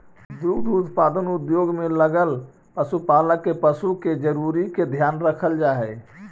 दुग्ध उत्पादन उद्योग में लगल पशुपालक के पशु के जरूरी के ध्यान रखल जा हई